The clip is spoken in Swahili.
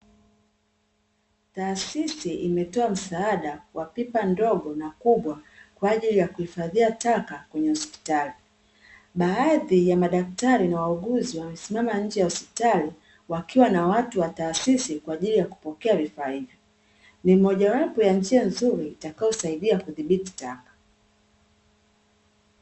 Taasisi imetoa msaada wa pipa ndogo na kubwa kwa ajili ya kuhifadhia taka kwenye hospitali. Baadhi ya madaktari na wauguzi wamesimama nje ya hospitali wakiwa na watu wa taasisi kwa ajili ya kupokea vifaa hivyo. Ni moja wapo ya njia nzuri itakayosaidia kudhibiti taka.